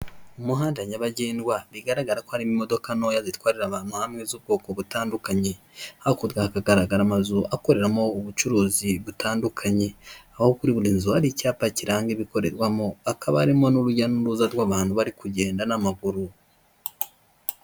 Mu muhanda nyabagendwa bigaragara ko harimo imodoka ntoya zitwarira abantu hamwe z'ubwoko butandukanye. Hakurya hagaragara amazu akoreramo ubucuruzi butandukanye, aho kuri buri nzu ari icyapa kiranga ibikorerwamo. Hakaba harimo n'urujya n'uruza rw'abantu bari kugenda n'amaguru.